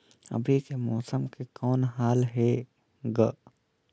अभी के मौसम के कौन हाल हे ग?